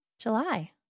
July